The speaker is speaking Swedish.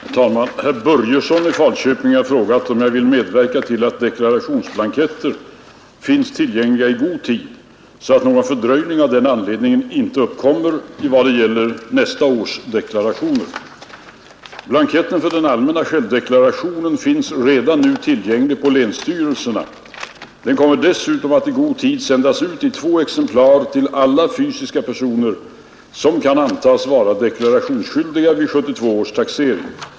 Herr talman! Herr Börjesson i Falköping har frågat om jag vill medverka till att deklarationsblanketter finns tillgängliga i god tid så att någon fördröjning av den anledningen ej uppkommer i vad det gäller nästa års deklarationer. Blanketten för den allmänna självdeklarationen finns redan nu tillgänglig på länsstyrelserna. Den kommer dessutom att i god tid sändas ut i två exemplar till alla fysiska personer som kan antas vara deklarationsskyldiga vid 1972 års taxering.